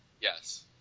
Yes